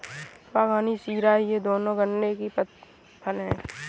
बगासी शीरा ये दोनों गन्ने के प्रतिफल हैं